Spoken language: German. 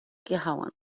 gehauen